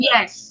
Yes